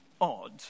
odd